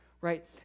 right